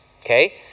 Okay